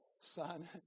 son